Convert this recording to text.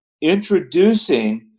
introducing